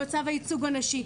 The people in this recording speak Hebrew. גם אני מוטרדת ממצב הייצוג הנשי.